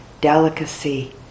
delicacy